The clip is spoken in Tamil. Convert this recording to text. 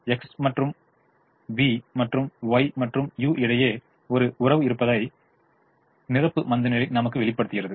X மற்றும் v மற்றும் Y மற்றும் u இடையே ஒரு உறவு இருப்பதாக நிரப்பு மந்தநிலை நமக்கு வெளிப்படுத்துகிறது